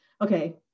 okay